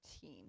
team